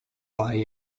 lie